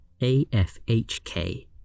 AFHK